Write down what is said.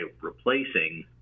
replacing